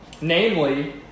namely